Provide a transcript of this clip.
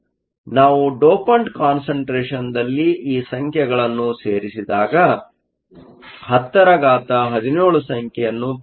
ನಾವು dopant concentration concentrationದಲ್ಲಿ ಈ ಸಂಖ್ಯೆಗಳನ್ನು ಸೇರಿಸಿದಾಗ 1017 ಸಂಖ್ಯೆಯನ್ನು ಪಡೆಯುತ್ತೇವೆ